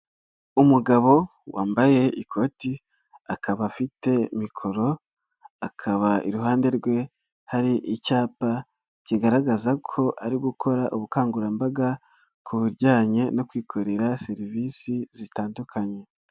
Umugabo wambaye ikoti akaba afite mikoro, akaba iruhande rwe hari icyapa kigaragaza ko ari gukora ubukangurambaga ku bijyanye no kwikorera serivisi zitandukanye.